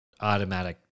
automatic